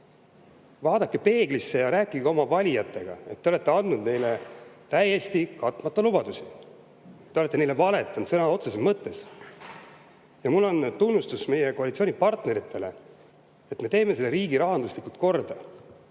Vaadake peeglisse ja rääkige oma valijatele, et te olete andnud neile täiesti katmata lubadusi. Te olete neile valetanud sõna otseses mõttes. Ja ma tunnustan meie koalitsioonipartnereid, et me teeme selle riigi rahanduslikult korda.